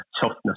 toughness